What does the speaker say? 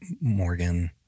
Morgan